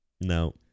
No